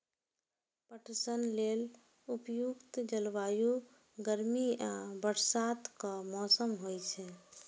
पटसन लेल उपयुक्त जलवायु गर्मी आ बरसातक मौसम होइ छै